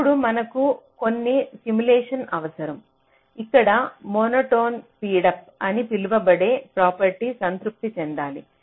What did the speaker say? ఇప్పుడు మనకు కు కొన్ని సిమ్ములేషన్ అవసరం ఇక్కడ మోనోటోన్ స్పీడప్ అని పిలువబడే ప్రాపర్టీ సంతృప్తి చెందాలి